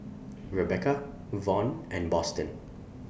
Rebecca Von and Boston